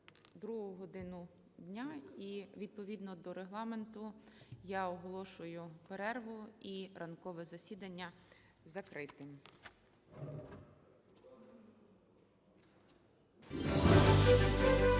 другу годину дня. І відповідно до Регламенту я оголошую перерву. І ранкове засідання закрито.